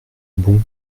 bon